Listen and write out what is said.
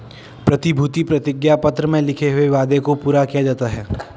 प्रतिभूति प्रतिज्ञा पत्र में लिखे हुए वादे को पूरा किया जाता है